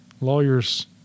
Lawyers